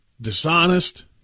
dishonest